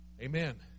Amen